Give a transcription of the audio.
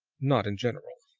not in general.